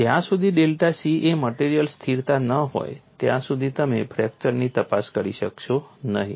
જ્યાં સુધી delta c એ મટેરીઅલ સ્થિરતા ન હોય ત્યાં સુધી તમે ફ્રેક્ચરની તપાસ કરી શકશો નહીં